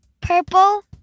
purple